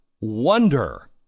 wonder